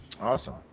awesome